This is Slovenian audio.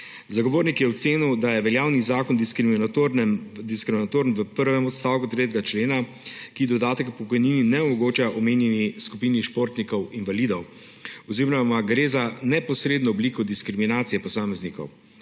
Zagovornik je ocenil, da je veljavni zakon diskriminatoren v prvem odstavku 3. člena, ki dodatka k pokojnini ne omogoča omenjeni skupini športnikov invalidov; oziroma gre za neposredno obliko diskriminacije posameznikov